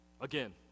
again